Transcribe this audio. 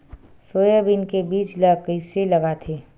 Soybean के बीज ल कइसे लगाथे?